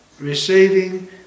receiving